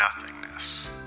nothingness